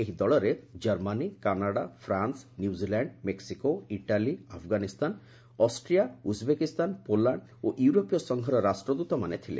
ଏହି ଦଳରେ Germany Canada France New Zealand Mexico Italy Afghanistan Austria Uzbekistan Poland ଓ ୟୁରୋପୀୟ ସଂଘର ରାଷ୍ଟ୍ରଦ୍ୱତମାନେ ଥିଲେ